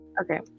Okay